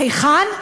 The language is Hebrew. היכן?